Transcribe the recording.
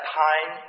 time